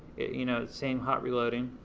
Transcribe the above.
you know same hot reloading.